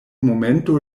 momento